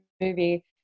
movie